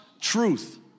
truth